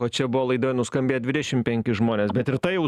o čia buvo laidoj nuskambėję dvidešim penki žmonės bet ir tai jau